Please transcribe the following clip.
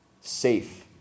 Safe